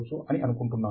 ఆయన ఇటీవలే కన్నుమూశారు